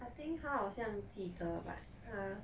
I think 他好像记得 but 他